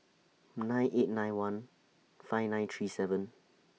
nine eight nine one five nine three seven